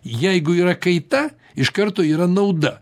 jeigu yra kaita iš karto yra nauda